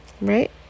Right